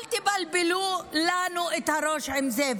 אל תתבלבלו לנו את הראש עם זה.